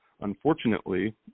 unfortunately